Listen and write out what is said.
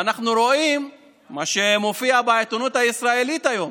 ואנחנו רואים מה שמופיע בעיתונות הישראלית היום הוא